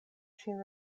ŝin